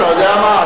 אתה יודע מה,